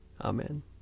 Amen